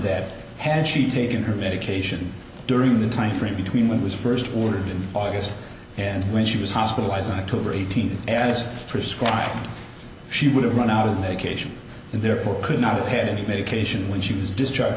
that had she taken her medication during the timeframe between when was first ordered in august and when she was hospitalized and i took her eighteen as prescribed she would have run out of medication and therefore could not ahead of the medication when she was discharge